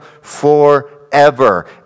forever